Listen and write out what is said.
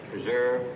Preserve